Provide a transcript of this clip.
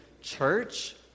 church